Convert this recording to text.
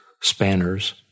Spanners